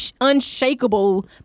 unshakable